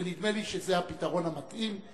ונדמה לי שזה הפתרון המתאים.